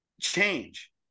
change